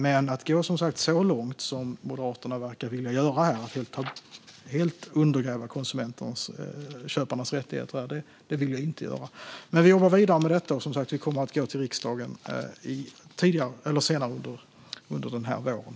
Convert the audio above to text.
Jag vill som sagt inte gå så långt som Moderaterna verkar vilja göra, det vill säga helt undergräva konsumenternas - köparnas - rättigheter här. Men vi jobbar vidare med detta, och vi kommer att gå till riksdagen senare under den här våren.